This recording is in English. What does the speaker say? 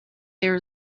there